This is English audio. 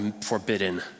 forbidden